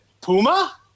Puma